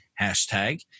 Hashtag